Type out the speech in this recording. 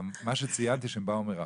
מה שציינתי, שהם באו מרחוק.